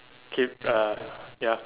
keep uh ya